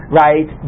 right